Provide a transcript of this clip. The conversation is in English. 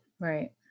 Right